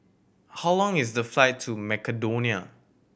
how long is the flight to Macedonia